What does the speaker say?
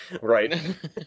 right